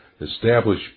establish